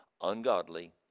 ungodly